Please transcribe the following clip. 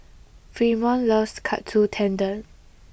Fremont loves Katsu Tendon